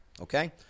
Okay